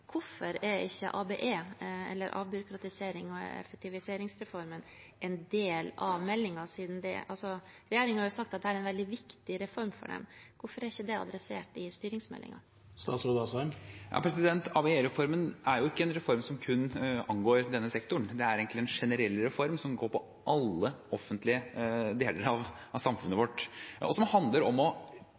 Hvorfor er ikke ABE, eller avbyråkratiserings- og effektiviseringsreformen, en del av meldingen? Regjeringen har jo sagt at dette er en veldig viktig reform for dem. Hvorfor er ikke det adressert i styringsmeldingen? ABE-reformen er jo ikke en reform som kun angår denne sektoren. Det er egentlig en generell reform som går på alle offentlige deler av samfunnet vårt, og som handler om å